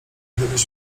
gdybyś